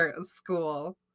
school